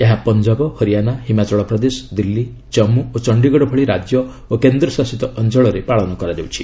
ଏହା ପଞ୍ଜାବ ହରିଆଶା ହିମାଚଳ ପ୍ରଦେଶ ଦିଲ୍ଲୀ ଜାମ୍ମୁ ଓ ଚଣ୍ଡିଗଡ଼ ଭଳି ରାଜ୍ୟ ଓ କେନ୍ଦ୍ରଶାସିତ ଅଞ୍ଚଳରେ ପାଳନ କରାଯାଉଛି